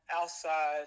outside